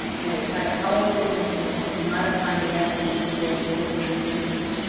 and has had a powerful influence in modifying the attitude towards children's interests.